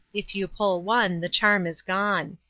if you pull one, the charm is gone.